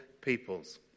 peoples